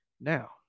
Now